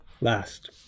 Last